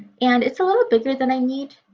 and it's a little bigger than i need.